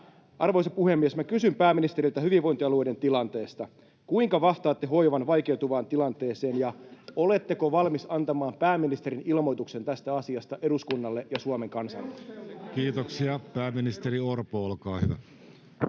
Arvoisa puhemies! Minä kysyn pääministeriltä hyvinvointialueiden tilanteesta: kuinka vastaatte hoivan vaikeutuvaan tilanteeseen, ja oletteko valmis antamaan pääministerin ilmoituksen tästä asiasta eduskunnalle ja Suomen kansalle?